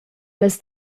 las